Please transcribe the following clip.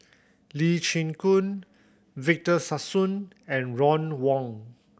Lee Chin Koon Victor Sassoon and Ron Wong